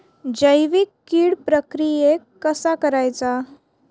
जैविक कीड प्रक्रियेक कसा करायचा?